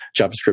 JavaScript